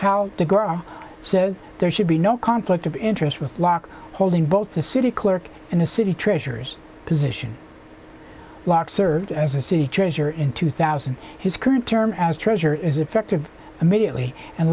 how to grow so there should be no conflict of interest with locke holding both the city clerk and the city treasurer's position lock served as a city treasurer in two thousand and his current term as treasurer is effective immediately and